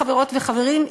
חברות וחברים,